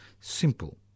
simple